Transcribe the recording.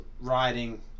riding